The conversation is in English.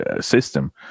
system